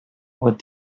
what